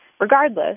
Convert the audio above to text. Regardless